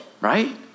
right